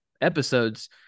episodes